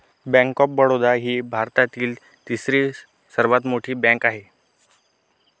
bank of Baroda ही भारतातील तिसरी सर्वात मोठी बँक आहे